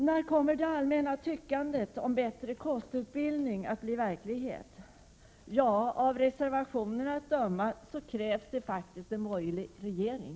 När kommer det allmänna tyckandet om bättre kostutbildning att leda till konkreta åtgärder? Av reservationen att döma krävs det för detta faktiskt en borgerlig regering.